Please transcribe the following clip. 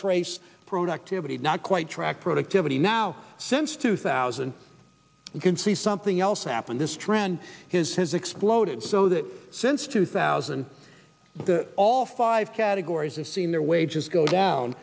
trace productivity not quite track productivity now since two thousand we can see something else happen this trend has has exploded so that since two thousand all five categories and seen their wages go